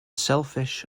selfish